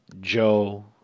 Joe